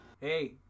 Hey